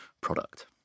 product